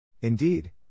Indeed